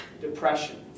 depression